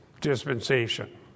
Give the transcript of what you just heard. dispensation